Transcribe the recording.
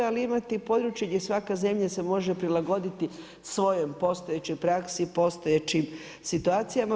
Ali imate i područje gdje svaka zemlja se može prilagoditi svojoj postojećoj praksi, postojećim situacijama.